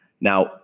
Now